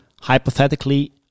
hypothetically